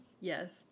Yes